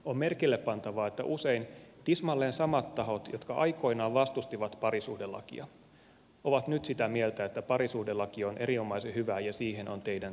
on merkillepantavaa että usein tismalleen samat tahot jotka aikoinaan vastustivat parisuhdelakia ovat nyt sitä mieltä että parisuhdelaki on erinomaisen hyvä ja siihen on teidän tyytyminen